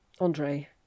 Andre